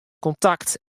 kontakt